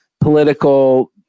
political